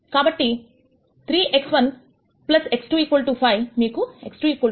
కాబట్టి 3 x1 x2 5 మీకు x2 2